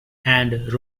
and